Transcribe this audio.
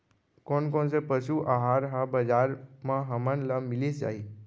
कोन कोन से पसु आहार ह बजार म हमन ल मिलिस जाही?